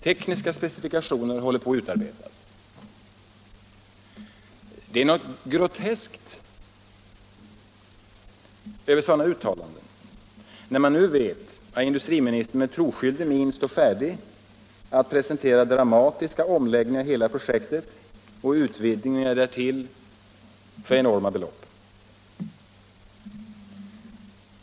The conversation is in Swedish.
Tekniska specifikationer håller på att utarbetas.” Det är något groteskt över sådana uttalanden när man nu vet att industriministern med troskyldig min står färdig att presentera dramatiska omläggningar i hela projektet och utvidgningar därtill för enorma belopp.